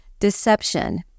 deception